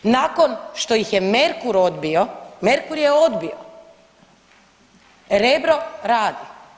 Nakon što ih je Merkur odbio, Merkur je odbio, Rebro radi.